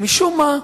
משום מה,